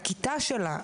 הכיתה שלה,